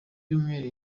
cyumweru